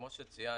כמו שציינתי,